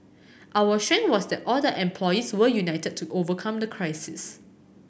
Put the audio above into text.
our strength was that all the employees were united to overcome the crisis